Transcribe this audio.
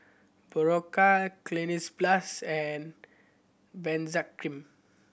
Berocca Cleanz Plus and Benzac Cream